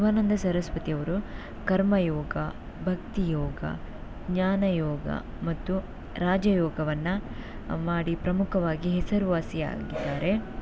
ಶಿವಾನಂದ ಸರಸ್ವತಿಯವರು ಕರ್ಮಯೋಗ ಭಕ್ತಿಯೋಗ ಜ್ಞಾನಯೋಗ ಮತ್ತು ರಾಜಯೋಗವನ್ನು ಮಾಡಿ ಪ್ರಮುಖವಾಗಿ ಹೆಸರುವಾಸಿಯಾಗಿದ್ದಾರೆ